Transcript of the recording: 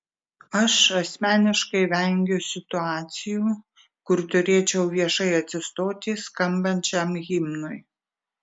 aš asmeniškai vengiu situacijų kur turėčiau viešai atsistoti skambant šiam himnui